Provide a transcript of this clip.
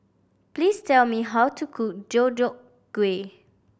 please tell me how to cook Deodeok Gui